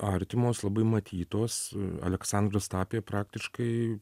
artimos labai matytos aleksandras tapė praktiškai